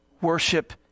worship